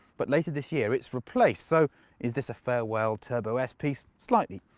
but later this year, it's replaced. so is this a farewell turbo s piece? slightly.